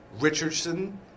Richardson